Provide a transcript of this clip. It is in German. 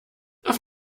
auf